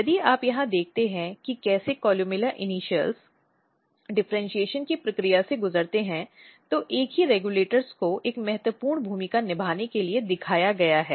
यदि आप यहाँ देखते हैं कि कैसे कोलुमेला इनिशियल्स डिफरेंट सेशन की प्रक्रिया से गुजरता है तो एक ही रेगुलेटर्स को एक महत्वपूर्ण भूमिका निभाने के लिए दिखाया गया है